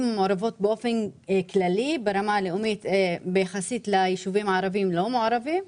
המעורבות באופן כללי קצת יותר טוב לעומת היישובים הלא מעורבים.